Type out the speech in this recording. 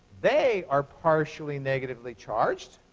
they are partially negatively charged.